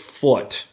foot